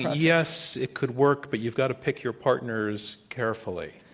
yes, it could work, but you've got to pick your partners carefully.